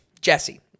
jesse